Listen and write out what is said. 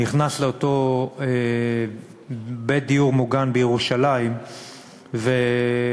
נכנס לאותו בית דיור מוגן בירושלים ומוצא